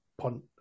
punt